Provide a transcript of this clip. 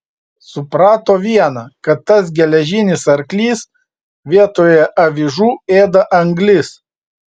suprato viena kad tas geležinis arklys vietoje avižų ėda anglis